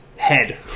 head